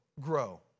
grow